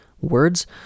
words